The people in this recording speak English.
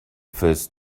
first